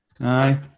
Aye